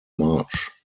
march